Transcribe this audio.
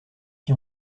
qui